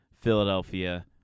Philadelphia